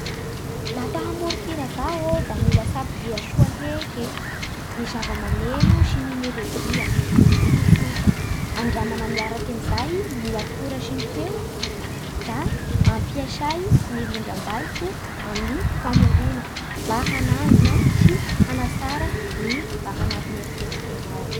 Lafa hamoron-kira zao da mila safidia soa heke ny zava-maneno sy ny melodia tsotsostra, andramana miaraka amin'izay ny akora sy ny feo da ampiesay ny rindram-baiko sy ny famorona mba hanangona sy hanatsara ny raha anaty eritseritsy tegna ao.